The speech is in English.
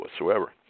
whatsoever